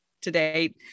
today